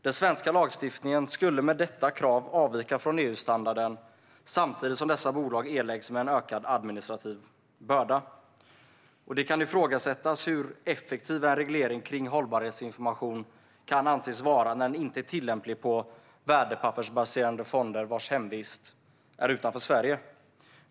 Den svenska lagstiftningen skulle med detta krav avvika från EU-standarden samtidigt som en ökad administrativ börda skulle läggas på dessa bolag. Det kan ifrågasättas hur effektiv regleringen av hållbarhetsinformation kan anses vara när den inte är tillämplig på värdepappersbaserade fonder vars hemvist är utanför Sverige.